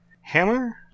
Hammer